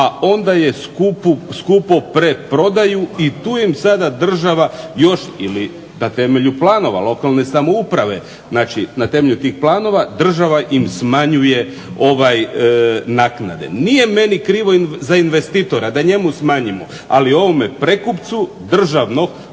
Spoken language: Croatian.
a onda je skupo preprodaju i tu im sada država još ili na temelju planova lokalne samouprave, znači na temelju tih planova država im smanjuje naknade. Nije meni krivo za investitora da njemu smanjimo. Ali ovome prekupcu državnog koji